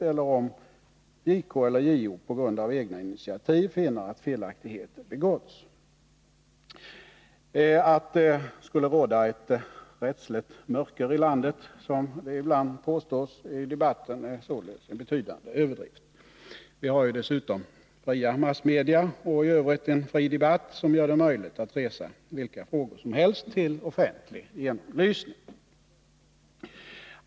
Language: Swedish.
JK och JO kan dessutom på egna initiativ undersöka om felaktigheter begåtts. Att det skulle råda ett rättsligt mörker i landet, som det ibland påstås i debatten, är således en betydande överdrift. Vi har dessutom fria massmedia och i övrigt en fri debatt som gör det möjligt att resa vilka frågor som helst till offentlig genomlysning.